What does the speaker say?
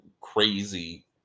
crazy